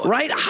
Right